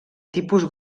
tipus